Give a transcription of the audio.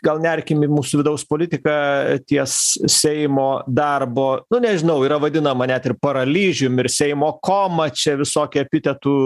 gal nerkim į mūsų vidaus politiką ties seimo darbo nežinau yra vadinama net ir paralyžium ir seimo koma čia visokių epitetų